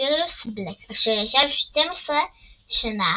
סיריוס בלק, אשר ישב שתים עשרה שנה